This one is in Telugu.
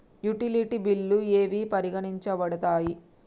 యుటిలిటీ బిల్లులు ఏవి పరిగణించబడతాయి?